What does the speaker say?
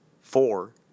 four